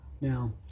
Now